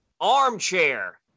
ARMCHAIR